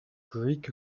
greek